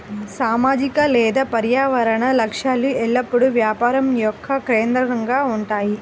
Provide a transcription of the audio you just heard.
సామాజిక లేదా పర్యావరణ లక్ష్యాలు ఎల్లప్పుడూ వ్యాపారం యొక్క కేంద్రంగా ఉంటాయి